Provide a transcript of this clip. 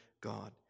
God